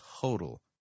total